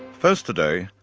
first today,